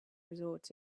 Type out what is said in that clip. resort